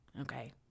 Okay